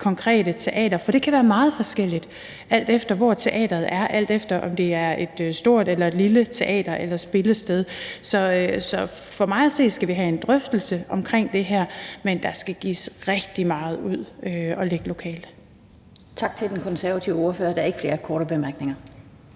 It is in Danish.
konkrete teater. For det kan være meget forskelligt, alt efter hvor teateret er, og alt efter om det er et stort eller et lille teater eller spillested. Så for mig at se skal vi have en drøftelse af det her, men der skal lægges rigtig meget ud lokalt. Kl. 14:12 Den fg. formand (Annette Lind): Tak til den konservative ordfører. Der er ikke flere korte bemærkninger.